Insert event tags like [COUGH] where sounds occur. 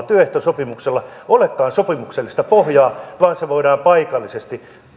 [UNINTELLIGIBLE] työehtosopimuksella olekaan sopimuksellista pohjaa vaan se voidaan paikallisesti